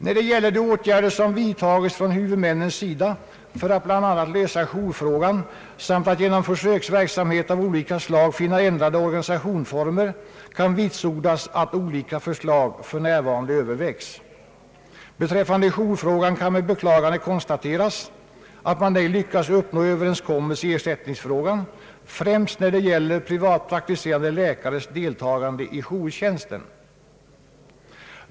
När det gäller de åtgärder som vidtagits från huvudmännens sida för att bl.a. lösa jourfrågan samt att genom försöksverksamhet av olika slag finna ändrade organisationsformer kan vitsordas, att olika förslag för närvarande övervägs. Beträffande jourfrågan kan med beklagande konstateras att man ej lyckats uppnå överenskommelse i ersättningsfrågan, främst när det gäller privatpraktiserande läkares deltagande i jourtjänsten.